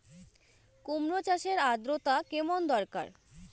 কুমড়ো চাষের আর্দ্রতা কেমন দরকার?